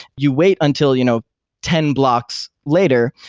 you wait until you know ten blocks later,